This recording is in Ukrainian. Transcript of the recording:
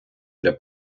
для